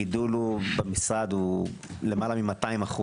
הגידול במשרד הוא למעלה מ-200%